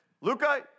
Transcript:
Luca